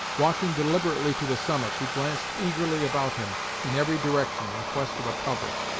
walking deliberately to the summit, he glanced eagerly about him in every direction in quest of a cover.